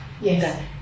Yes